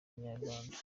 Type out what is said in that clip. inyarwanda